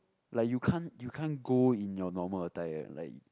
like you can't you can't go in your normal attire like